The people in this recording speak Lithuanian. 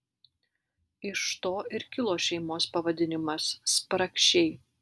iš to ir kilo šeimos pavadinimas spragšiai